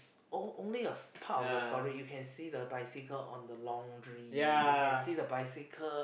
on~ only part of the story you can see the bicycle on the laundry you can see the bicycle